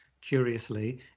curiously